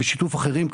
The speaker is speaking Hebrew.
כמובן בשיתוף אחרים,